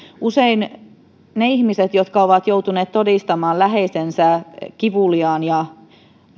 usein ne ihmiset jotka ovat joutuneet todistamaan läheisensä kivuliaan ja